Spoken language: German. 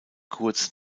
kurz